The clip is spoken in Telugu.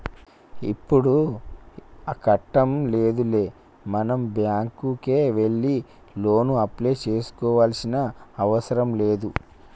ఇప్పుడు ఆ కట్టం లేదులే మనం బ్యాంకుకే వెళ్లి లోను అప్లై చేసుకోవాల్సిన అవసరం లేదు